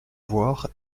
voir